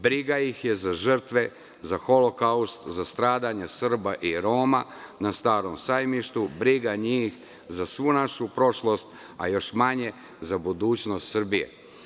Briga ih je za žrtve, za holokaust, za stradanje Srba i Roma na Starom sajmištu, briga njih za svu našu prošlost, a još manje za budućnost Srbije.